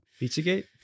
Pizzagate